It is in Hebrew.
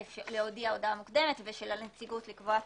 להודיע הודעה מוקדם ושל הנציגות לקבוע תנאים,